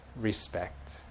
respect